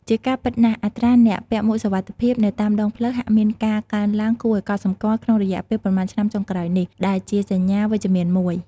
ជាការពិតណាស់ អត្រាអ្នកពាក់មួកសុវត្ថិភាពនៅតាមដងផ្លូវហាក់មានការកើនឡើងគួរឱ្យកត់សម្គាល់ក្នុងរយៈពេលប៉ុន្មានឆ្នាំចុងក្រោយនេះ ដែលជាសញ្ញាវិជ្ជមានមួយ។